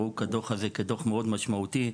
ראו בדוח הזה כדוח מאוד משמעותי.